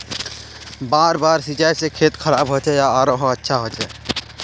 बार बार सिंचाई से खेत खराब होचे या आरोहो अच्छा होचए?